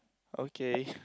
okay